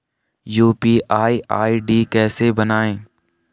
UPI ID कैसे बनायें?